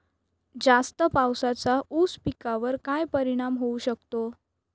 जास्त पावसाचा ऊस पिकावर काय परिणाम होऊ शकतो?